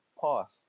past